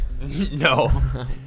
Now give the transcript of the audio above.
No